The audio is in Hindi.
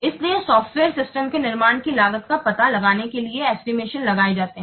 इसलिए सॉफ्टवेयर सिस्टम के निर्माण की लागत का पता लगाने के लिए एस्टिमेशन लगाए जाते हैं